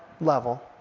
level